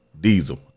Diesel